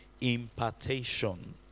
impartation